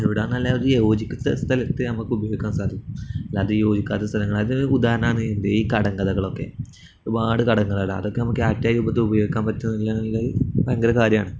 അവിടെ എന്ന് നല്ല യോജിക്കാൻ സ്ഥലത്തെ നമുക്ക് ഉപയോഗിക്കാൻ സാധിക്കും അല്ലാതെ യോജിക്കാത്ത സ്ഥലങ്ങള്ത് ഉദാഹരണം ഇന്ത് ഈ കടങ്കഥകളൊക്കെ ഒരുപാട് കടങ്കഥകളാണ് അതൊക്കെ നമുക്ക് രൂപത്തിൽ ഉപയോഗിക്കാൻ പറ്റുന്നില്ലുള്ളത് ഭയങ്കര കാര്യാണ്